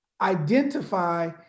identify